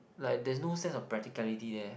like there's no sense of practicality there